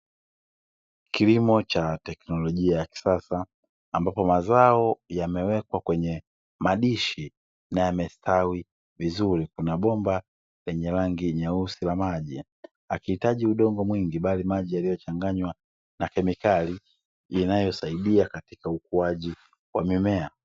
Kilimo cha teknolojia ya kisasa ambapo mazao yamewekwa kwenye madishi na yamestawi vizuri. Kuna bomba lenye rangi nyeusi la maji, akihitaji udongo mwingi bali maji yaliyochanganywa na kemikali inayosaidia katika ukuaji wa mimea.